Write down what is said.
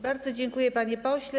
Bardzo dziękuję, panie pośle.